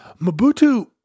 Mobutu